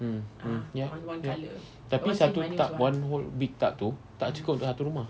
mm mm ya ya tapi satu tub one whole big tub tu tak cukup satu rumah